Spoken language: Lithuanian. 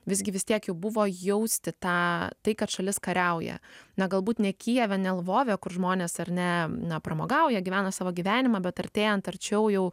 visgi vis tiek jau buvo jausti tą tai kad šalis kariauja na galbūt ne kijeve ne lvove kur žmonės ar ne na pramogauja gyvena savo gyvenimą bet artėjant arčiau jau